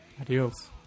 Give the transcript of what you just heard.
Adios